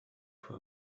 for